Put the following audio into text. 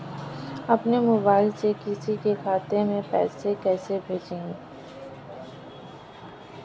अपने मोबाइल से किसी के खाते में पैसे कैसे भेजें?